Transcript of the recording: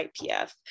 IPF